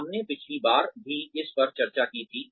हमने पिछली बार भी इस पर चर्चा की थी